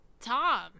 Tom